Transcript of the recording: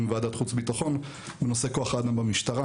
ועדת החוץ והביטחון בנושא כוח האדם במשטרה